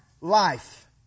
life